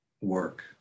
work